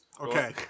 Okay